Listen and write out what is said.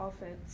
offense